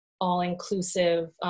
all-inclusive